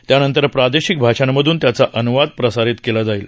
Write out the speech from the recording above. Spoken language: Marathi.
त्यानंतर प्रादेशिक भाषांमधून त्याचा अनुवाद प्रसारित केला जाईल